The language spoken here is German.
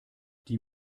die